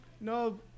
No